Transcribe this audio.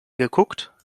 geguckt